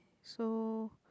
so